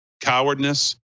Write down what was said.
cowardness